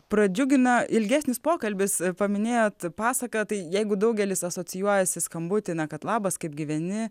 pradžiugina ilgesnis pokalbis paminėjot pasaką tai jeigu daugelis asocijuojasi skambutį na kad labas kaip gyveni